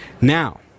Now